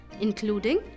including